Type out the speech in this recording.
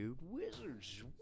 Wizards